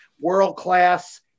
world-class